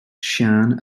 siân